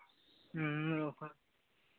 ᱦᱮᱸ